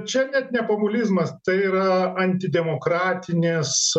čia net ne populizmas tai yra antidemokratinės